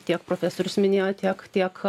tiek profesorius minėjo tiek tiek